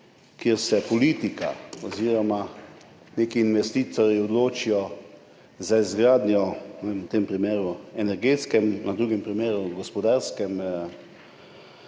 ker se politika oziroma neki investitorji odločijo za izgradnjo, v tem primeru na energetskem, v drugem primeru na gospodarskem